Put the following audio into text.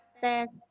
test